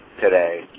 today